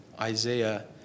Isaiah